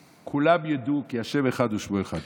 שכולם ידעו כי ה' אחד ושמו אחד.